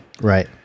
Right